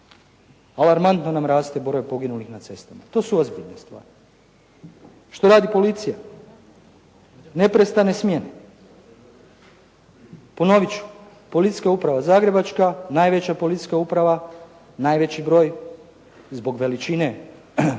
Alarmantno nam raste broj poginulih na cestama. To su ozbiljne stvari. Što radi policija? Neprestane smjene. Ponovit ću, Policijska uprava Zagrebačka, najveća policijska uprava, najveći broj zbog veličine